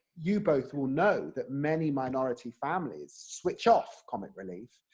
you both will know, that many minority families switch off comic relief,